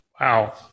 Wow